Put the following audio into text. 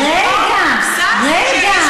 את חושבת שמישהו פה שש כשיש כתב אישום,